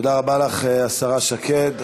תודה רבה לך, השרה שקד.